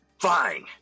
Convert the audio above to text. Fine